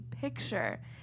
picture